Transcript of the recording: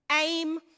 aim